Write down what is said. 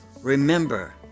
Remember